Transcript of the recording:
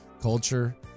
culture